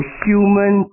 human